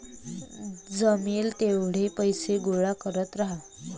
जमेल तेवढे पैसे गोळा करत राहा